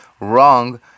wrong